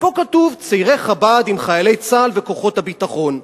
ופה כתוב: "צעירי חב"ד עם חיילי צה"ל וכוחות הביטחון".